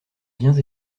biens